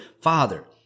Father